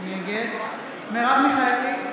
נגד מרב מיכאלי,